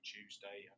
Tuesday